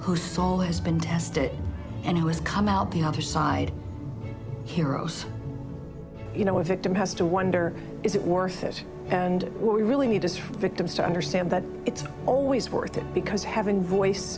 whose soul has been tested and who has come out the other side heroes you know a victim has to wonder is it worth it and we really need is for victims to understand that it's always worth it because having voice